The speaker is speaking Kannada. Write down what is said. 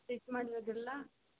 ಸ್ಟಿಚ್ ಮಾಡಿರೋದು ಇರಲಾ